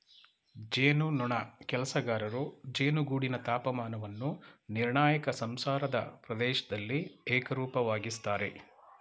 ಜೇನುನೊಣ ಕೆಲಸಗಾರರು ಜೇನುಗೂಡಿನ ತಾಪಮಾನವನ್ನು ನಿರ್ಣಾಯಕ ಸಂಸಾರದ ಪ್ರದೇಶ್ದಲ್ಲಿ ಏಕರೂಪವಾಗಿಸ್ತರೆ